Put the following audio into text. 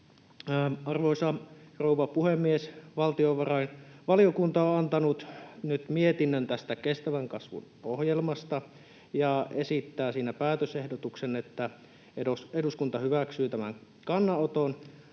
Arvoisa rouva puhemies! Valtiovarainvaliokunta on antanut nyt mietinnön tästä kestävän kasvun ohjelmasta ja esittää siinä päätösehdotuksen, että eduskunta hyväksyy tämän kannanoton.